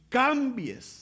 cambies